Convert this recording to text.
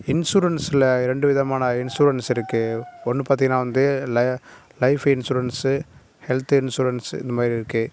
இன்ஷூரன்ஸ்ல ரெண்டு விதமான இன்ஷூரன்ஸ் இருக்குது ஒன்று பார்த்தீங்கன்னா வந்து ல லைஃப் இன்ஷூரன்ஸ் ஹெல்த் இன்ஷூரன்ஸ் இந்த மாதிரி இருக்குது